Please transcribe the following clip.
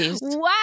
Wow